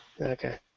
Okay